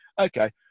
okay